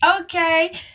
Okay